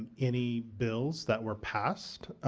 and any bills that were passed